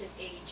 age